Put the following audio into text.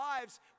lives